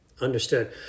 Understood